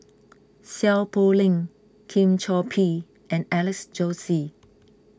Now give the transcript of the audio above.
Seow Poh Leng Lim Chor Pee and Alex Josey